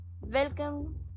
Welcome